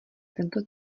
tento